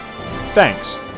Thanks